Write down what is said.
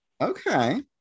Okay